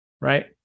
right